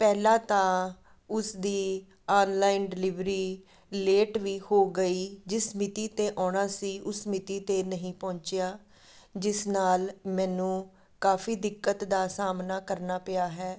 ਪਹਿਲਾਂ ਤਾਂ ਉਸ ਦੀ ਔਨਲਾਈਨ ਡਿਲੀਵਰੀ ਲੇਟ ਵੀ ਹੋ ਗਈ ਜਿਸ ਮਿਤੀ 'ਤੇ ਆਉਣਾ ਸੀ ਉਸ ਮਿਤੀ 'ਤੇ ਨਹੀਂ ਪਹੁੰਚਿਆ ਜਿਸ ਨਾਲ ਮੈਨੂੰ ਕਾਫੀ ਦਿੱਕਤ ਦਾ ਸਾਹਮਣਾ ਕਰਨਾ ਪਿਆ ਹੈ